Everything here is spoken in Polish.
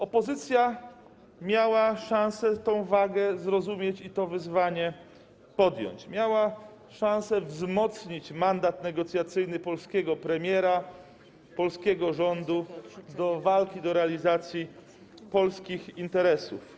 Opozycja miała szansę zrozumieć tę wagę i podjąć wyzwanie, miała szansę wzmocnić mandat negocjacyjny polskiego premiera, polskiego rządu do walki, do realizacji polskich interesów.